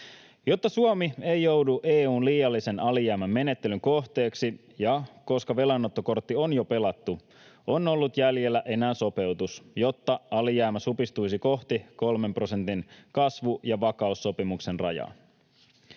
Jotta Suomi ei joudu EU:n liiallisen alijäämän menettelyn kohteeksi ja koska velanottokortti on jo pelattu, on ollut jäljellä enää sopeutus, jotta alijäämä supistuisi kohti kolmen prosentin kasvu- ja vakaussopimuksen rajaa.